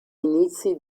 inizi